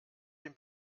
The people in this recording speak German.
den